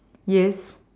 yes